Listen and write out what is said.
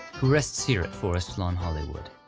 who rests here at forest lawn hollywood.